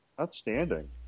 Outstanding